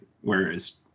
whereas